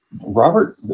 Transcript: Robert